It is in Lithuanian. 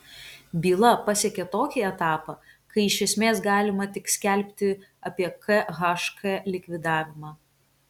byla pasiekė tokį etapą kai iš esmės galima tik skelbti apie khk likvidavimą